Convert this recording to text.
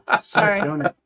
Sorry